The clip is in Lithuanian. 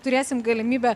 turėsim galimybę